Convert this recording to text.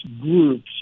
groups